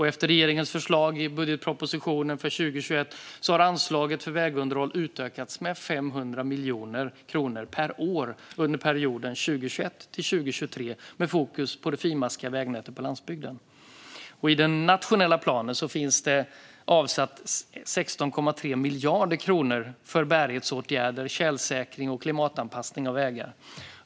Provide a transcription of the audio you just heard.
Efter regeringens förslag i budgetpropositionen för 2021 har anslaget för vägunderhåll utökats med 500 miljoner kronor per år under perioden 2021-2023, med fokus på det finmaskiga vägnätet på landsbygden. I den nationella planen finns det avsatt 16,3 miljarder kronor för bärighetsåtgärder, tjälsäkring och klimatanpassningar av vägar.